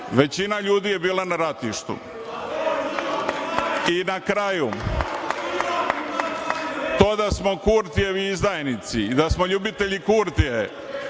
većina ljudi je bila na ratištu. Na kraju, to da smo Kurtijevi izdajnici i da smo ljubitelji Kurtija,